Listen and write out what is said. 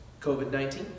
COVID-19